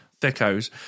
thickos